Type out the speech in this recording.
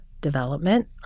development